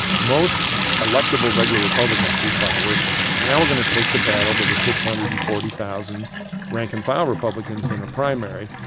most electable regular republicans do far worse than that. now we're going to take the battle to the six hundred and forty thousand rank-and-file republicans in a primary,